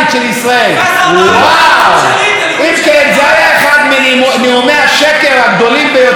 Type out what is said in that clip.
זה היה אחד מנאומי השקר הגדולים ביותר שניתנו כאן מעל בימת הכנסת.